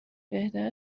بهتر